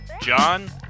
john